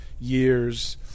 years